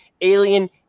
Alien